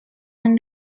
and